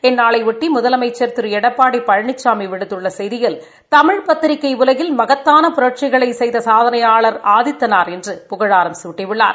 இந்நாளையொட்டி முதலமைச்சர் திரு எடப்பாடி பழனிசாமி விடுத்துள்ள செய்தியில் தமிழ் பத்திரிகை உலகில் மகத்தான புரட்சிகளை செய்த சாதனையாளார் ஆதித்தனார் என்று புகழாரம் சூட்டியுள்ளார்